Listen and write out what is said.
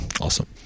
Awesome